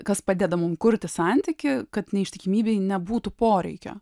kas padeda mums kurti santykį kad neištikimybei nebūtų poreikio